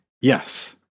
Yes